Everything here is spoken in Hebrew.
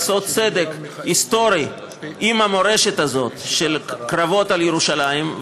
לעשות צדק היסטורי עם המורשת הזאת של קרבות על ירושלים.